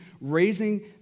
raising